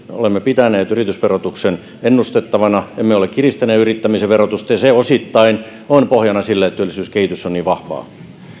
olemme pitäneet yritysverotuksen ennustettavana emme ole kiristäneet yrittämisen verotusta ja se osittain on pohjana sille että työllisyyskehitys on niin vahvaa